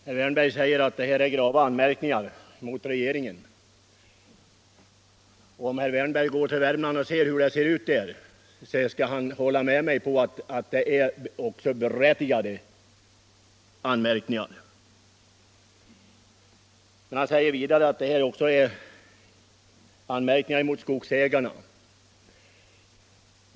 Herr talman! Herr Wärnberg säger att jag riktar grava anmärkningar mot regeringen. Om herr Wärnberg tar reda på hur det ser ut i Värmland, måste han hålla med mig om att anmärkningarna är berättigade. Herr Wärnberg framhåller vidare att anmärkningarna även riktar sig mot skogsägarna. Det har jag inte sagt.